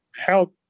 help